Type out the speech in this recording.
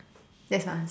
that's my answer